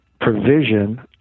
provision